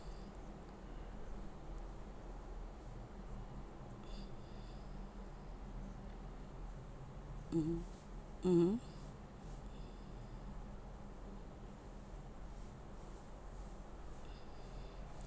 mmhmm mmhmm